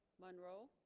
monroe